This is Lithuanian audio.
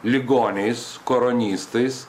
ligoniais koronistais